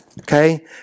Okay